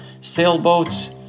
sailboats